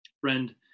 Friend